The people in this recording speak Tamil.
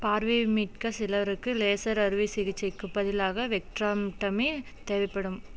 பார்வையை மீட்க சிலருக்கு லேசர் அறுவை சிகிச்சைக்குப் பதிலாக வெட்ராம்டமி தேவைப்படும்